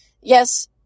yes